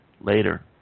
later